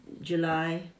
July